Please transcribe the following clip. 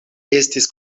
estis